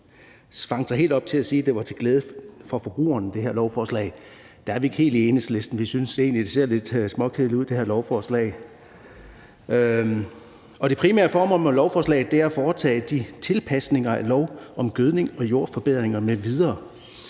det her lovforslag ser lidt småkedeligt ud. Det primære formål med lovforslaget er »at foretage de tilpasninger af lov om gødning og jordforbedringsmidler